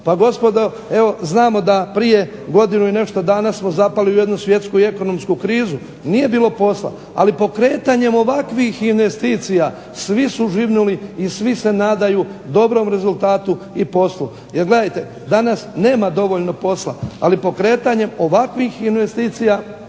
Pa gospodo evo znamo da prije godinu i nešto dana smo zapali u jednu svjetsku i ekonomsku krizu. Nije bilo posla, ali pokretanje ovakvih investicija svi su živnuli i svi se nadaju dobrom rezultatu i poslu. Jer gledajte, danas nema dovoljno posla ali pokretanjem ovakvih investicija